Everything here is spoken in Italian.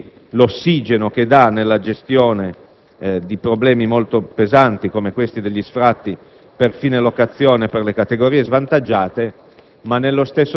di famiglie per l'ossigeno che offre nella gestione di problemi molto pesanti come quello degli sfratti per fine locazione per le categorie svantaggiate.